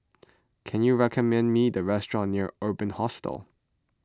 can you recommend me a restaurant near Urban Hostel